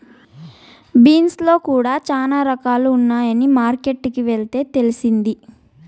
beans లో కూడా చానా రకాలు ఉన్నాయని మార్కెట్ కి వెళ్తే తెలిసింది